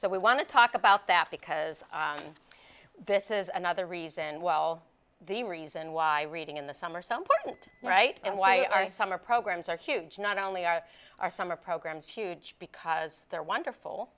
we want to talk about that because this is another reason well the reason why reading in the summer so important right and why our summer programs are huge not only are our summer programs huge because they're wonderful